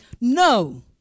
No